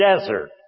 desert